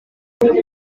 iri